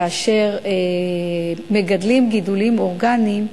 כאשר מגדלים גידולים אורגניים,